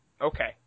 Okay